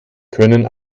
können